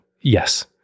Yes